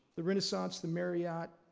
the renaissance, the marriott.